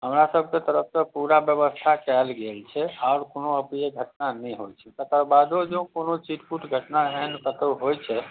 हमरासबके तरफसँ पूरा बेबस्था कएल गेल छै आब कोनो अप्रिय घटना नहि होइ छै तकर बादो जे कोनो छिटपुट घटना एहन कतहु होइ छै